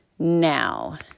Now